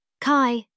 Kai